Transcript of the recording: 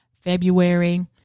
February